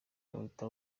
uhita